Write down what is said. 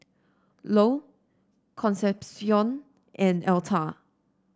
Lou Concepcion and Elta